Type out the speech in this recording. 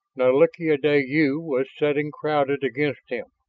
nalik'ideyu was sitting crowded against him,